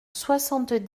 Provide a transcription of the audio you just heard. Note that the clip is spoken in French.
soixante